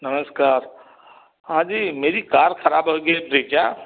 नमस्कार हाँ जी मेरी कार ख़राब हो गई थी क्या